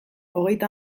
hogeita